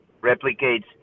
replicates